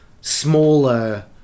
smaller